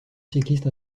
cycliste